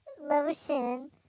lotion